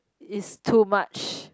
is too much